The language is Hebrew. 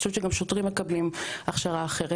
אני חושבת שגם שוטרים מקבלים הכשרה אחרת.